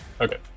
Okay